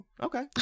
Okay